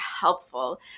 helpful